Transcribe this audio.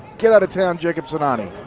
get out of town jakup sinani.